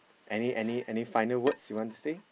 any any any finals words want to say